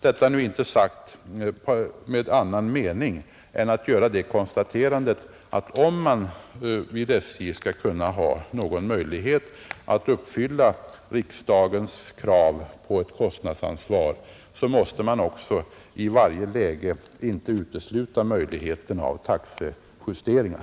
— Detta har jag inte sagt med annan mening än att konstatera att om man vid SJ skall ha möjlighet att uppfylla riksdagens krav på konstnadsansvar kan man inte i varje läge utesluta taxejusteringar.